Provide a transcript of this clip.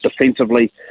defensively